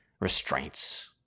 restraints